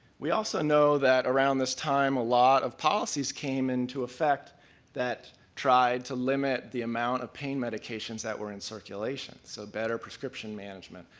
we also know that around this time a lot of policies came into effect that tried to limit the amount of pain medications that were in circulation. so better prescription management,